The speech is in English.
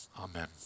Amen